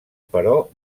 però